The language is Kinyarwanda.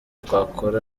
twakora